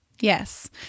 Yes